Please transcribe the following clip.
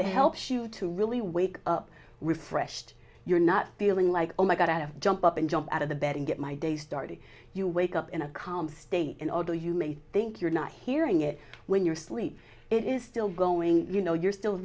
it helps you to really wake up refreshed you're not feeling like oh my god out of jump up and jump out of the bed and get my day started you wake up in a calm state in order you may think you're not hearing it when you're sleep it is still going you know you're still